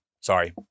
sorry